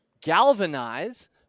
galvanize